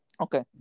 okay